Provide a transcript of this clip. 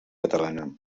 catalana